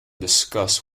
discuss